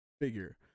figure